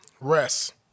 rest